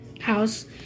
house